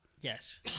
Yes